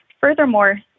Furthermore